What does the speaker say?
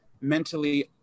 mentally